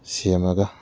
ꯁꯦꯝꯃꯒ